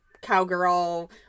cowgirl